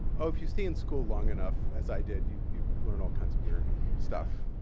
oh, if you stay in school long enough as i did, you you learn all kinds of weird stuff.